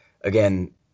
again